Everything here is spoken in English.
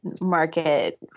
market